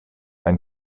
ein